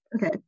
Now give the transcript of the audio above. Okay